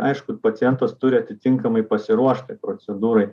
aišku pacientas turi atitinkamai pasiruošti procedūrai